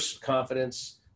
confidence